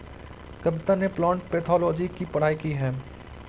कविता ने plant pathology की पढ़ाई की है